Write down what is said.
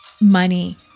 money